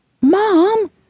Mom